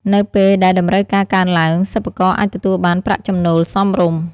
នៅពេលដែលតម្រូវការកើនឡើង សិប្បករអាចទទួលបាន ប្រាក់ចំណូលសមរម្យ។